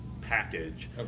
package